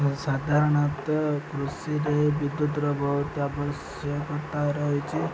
ସାଧାରଣତଃ କୃଷିରେ ବିଦ୍ୟୁତ୍ର ବହୁତ ଆବଶ୍ୟକକତା ରହିଛି